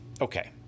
Okay